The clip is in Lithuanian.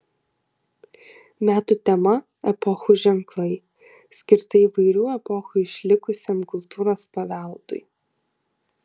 metų tema epochų ženklai skirta įvairių epochų išlikusiam kultūros paveldui